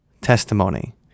testimony